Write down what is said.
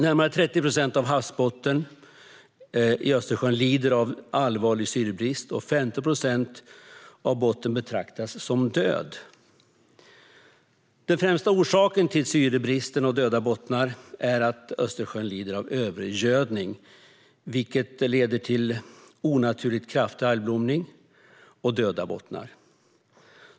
Närmare 30 procent av havsbottnen i Östersjön lider av allvarlig syrebrist, och 15 procent av bottnen betraktas som död. Den främsta orsaken till syrebrist och döda bottnar är att Östersjön lider av övergödning, vilket leder till onaturligt kraftig algblomning och döda bottnar.